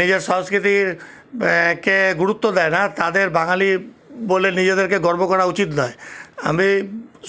নিজের সংস্কৃতির কে গুরুত্ব দেয় না তাদের বাঙালি বলে নিজেদেরকে গর্ব করা উচিত নয় আমি